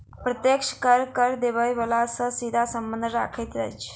प्रत्यक्ष कर, कर देबय बला सॅ सीधा संबंध रखैत अछि